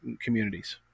communities